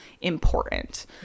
important